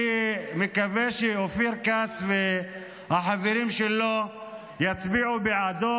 מקווה שאופיר כץ והחברים שלו יצביעו בעדו.